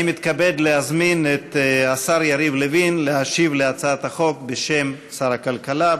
אני מתכבד להזמין את השר יריב לוין להשיב על הצעת החוק בשם שר הכלכלה.